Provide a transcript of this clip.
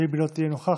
ואם היא לא תהיה נוכחת,